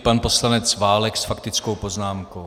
Pan poslanec Válek s faktickou poznámkou.